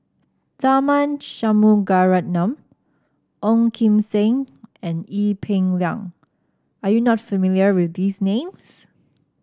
Tharman Shanmugaratnam Ong Kim Seng and Ee Peng Liang are you not familiar with these names